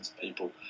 people